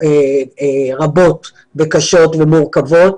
קשות ומורכבות,